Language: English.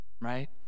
right